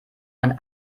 man